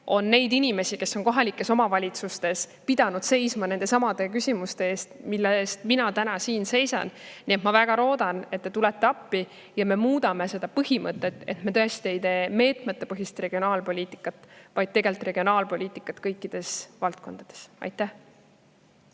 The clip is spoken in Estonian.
ja inimesi, kes on pidanud kohalikes omavalitsustes seisma nendesamade küsimuste eest, mille eest mina täna siin seisan. Nii et ma väga loodan, et te tulete appi ja me muudame seda põhimõtet, nii et me ei teeks meetmetepõhist regionaalpoliitikat, vaid regionaalpoliitikat kõikides valdkondades. Aitäh